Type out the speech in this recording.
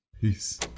Peace